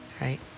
Right